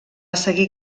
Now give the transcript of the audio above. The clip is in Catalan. seguir